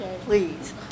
Please